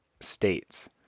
states